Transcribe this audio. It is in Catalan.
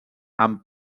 amb